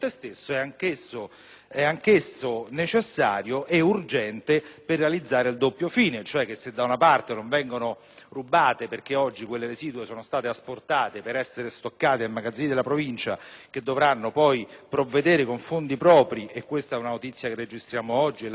è anch'esso necessario e urgente per realizzare il doppio fine: se da una parte non vengono rubate, perché oggi quelle residue sono state asportate per essere stoccate nei magazzini della Provincia, che dovranno poi provvedere con fondi propri - questa è una notizia che registriamo oggi e la ringrazio, Sottosegretario